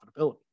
profitability